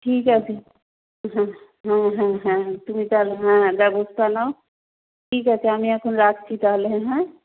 ঠিক আছে হ্যাঁ হ্যাঁ হ্যাঁ হ্যাঁ তুমি তাহলে হ্যাঁ ব্যবস্থা নাও ঠিক আছে আমি এখন রাখছি তাহলে হ্যাঁ